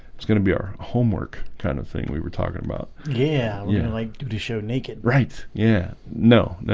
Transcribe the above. it's gonna be our homework kind of thing we were talking about yeah yeah like did you show naked right? yeah? no,